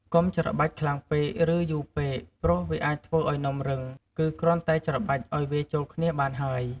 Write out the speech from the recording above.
កុំច្របាច់ខ្លាំងពេក ឬយូរពេក ព្រោះអាចធ្វើឱ្យនំរឹង គឺគ្រាន់តែច្របាច់ឱ្យវាចូលគ្នាបានហើយ។